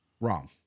Wrong